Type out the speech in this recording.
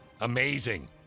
Amazing